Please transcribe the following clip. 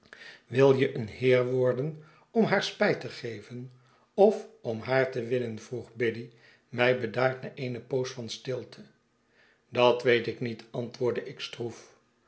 wil je een heer worder om haar spijt te geven of om haar te winnen vroeg biddy mij bedaard na eene poos van stilte dat weet ik niet antwoordde ik stroef